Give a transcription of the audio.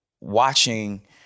watching